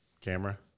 Camera